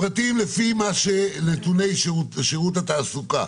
הפרטים לפי הנתונים ששירות התעסוקה